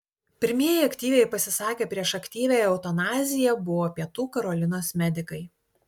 pirmieji aktyviai pasisakę prieš aktyviąją eutanaziją buvo pietų karolinos medikai